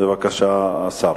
בבקשה, השר.